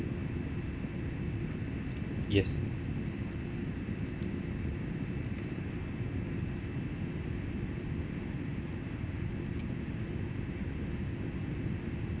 yes